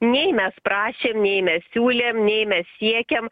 nei mes prašėm nei siūlėm nei mes siekėm